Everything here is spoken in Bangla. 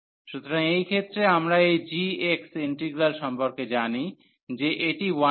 সুতরাং এই ক্ষেত্রে আমরা এই gx ইন্টিগ্রাল সম্পর্কে জানি যে এটি 1x